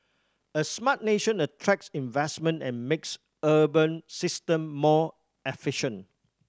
a smart nation attracts investment and makes urban system more efficient